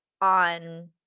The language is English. on